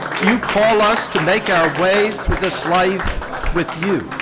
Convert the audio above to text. you call us to make our way through this life with you